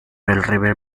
river